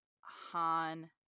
Han